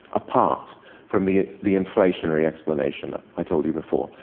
apart from the the inflationary explanation that i told you before.